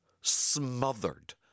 smothered